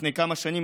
לפני כמה שנים,